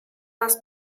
das